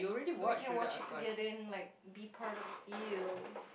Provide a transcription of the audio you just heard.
so we can watch it together and like be part of feels